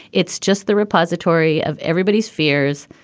it's just the repository of everybody's fears.